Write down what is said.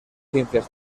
ciencias